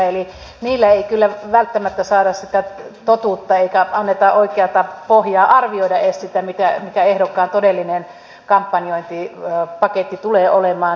eli niillä ei kyllä välttämättä saada sitä totuutta eikä anneta oikeata pohjaa arvioida edes sitä mikä ehdokkaan todellinen kampanjointipaketti tulee olemaan